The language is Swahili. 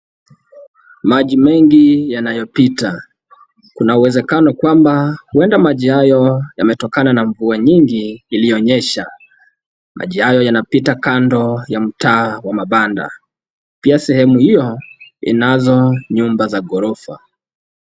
Maji mengi yanayopita. Kuna uwezekano kwamba huenda maji hayo yametokana na mvua nyingi iliyonyesha. Maji hayo yanapita kando ya mtaa wa mabanda. Pia sehemu hiyo inazo nyumba za ghorofa.